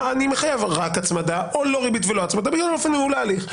אני מחייב רק הצמדה או לא ריבית ולא הצמדה בגלל אופן ניהול ההליך.